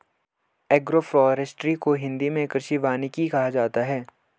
agroforestry को हिंदी मे कृषि वानिकी कहा जाता है